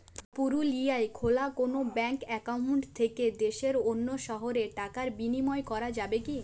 পুরুলিয়ায় খোলা কোনো ব্যাঙ্ক অ্যাকাউন্ট থেকে দেশের অন্য শহরে টাকার বিনিময় করা যাবে কি?